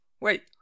Wait